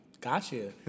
Gotcha